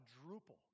quadruple